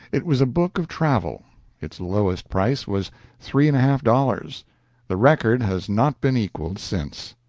it was a book of travel its lowest price was three and a half dollars the record has not been equaled since.